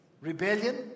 Rebellion